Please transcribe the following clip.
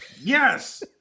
Yes